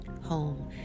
home